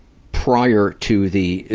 prior to the, ah,